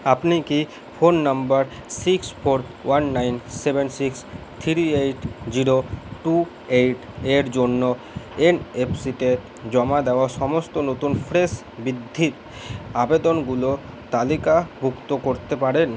আপনি কি phone number six four one nine seven six three eight zero two eight এর জন্য N F সিতে জমা দেওয়া সমস্ত নতুন ফ্রেশ বৃদ্ধির আবেদনগুলো তালিকাভুক্ত করতে পারেন